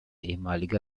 ehemalige